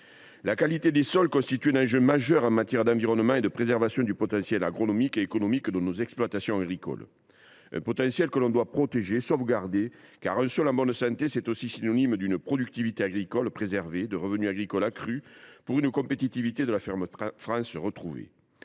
La qualité des sols constitue un enjeu majeur en matière d’environnement et pour la préservation du potentiel agronomique et économique de nos exploitations agricoles. Ce potentiel, nous devons le protéger, le sauvegarder, car un sol en bonne santé est synonyme d’une productivité agricole préservée, de revenus agricoles accrus, pour une compétitivité de la ferme France retrouvée.